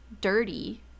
dirty